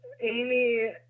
Amy